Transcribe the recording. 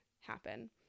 happen